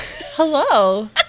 Hello